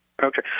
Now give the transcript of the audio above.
Okay